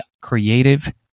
creative